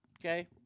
Okay